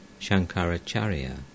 Shankaracharya